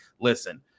listen